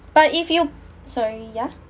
but if you sorry ya